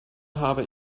habe